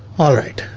alright,